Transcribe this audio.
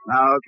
Now